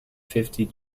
fifty